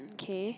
okay